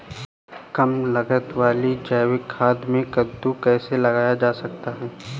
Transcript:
कम लागत वाली जैविक खेती में कद्दू कैसे लगाया जा सकता है?